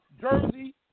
Jersey